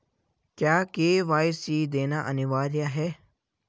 क्या के.वाई.सी देना अनिवार्य है?